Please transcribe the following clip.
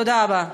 תודה רבה.